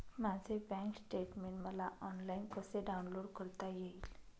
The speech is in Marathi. माझे बँक स्टेटमेन्ट मला ऑनलाईन कसे डाउनलोड करता येईल?